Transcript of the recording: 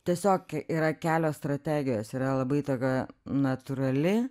tiesiog yra kelios strategijos yra labai tokia natūrali